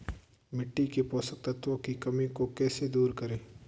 मिट्टी के पोषक तत्वों की कमी को कैसे दूर करें?